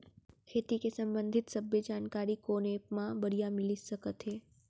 खेती के संबंधित सब्बे जानकारी कोन एप मा बढ़िया मिलिस सकत हे?